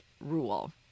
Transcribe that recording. rule